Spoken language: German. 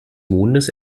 mondes